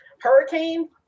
hurricane